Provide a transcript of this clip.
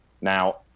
now